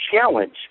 challenge